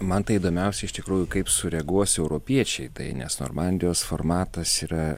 man tai įdomiausia iš tikrųjų kaip sureaguos europiečiai tai nes normandijos formatas yra